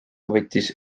võttis